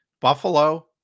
Buffalo